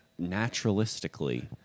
naturalistically